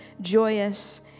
joyous